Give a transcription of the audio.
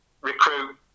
recruit